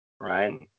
right